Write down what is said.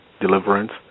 deliverance